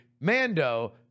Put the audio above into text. Mando